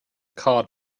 card